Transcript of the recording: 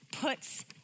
puts